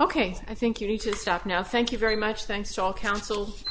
ok i think you need to stop now thank you very much thanks to all councils